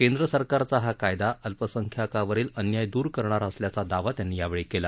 केंद्रसरकारचा हा कायदा अल्पसंख्याकावरील अन्याय दूर करणारा असल्याचा दावा त्यांनी केला